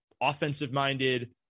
offensive-minded